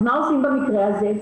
אז מה עושים במקרה זה?